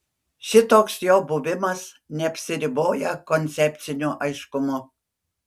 šitoks jo buvimas neapsiriboja koncepciniu aiškumu